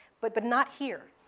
but but not here.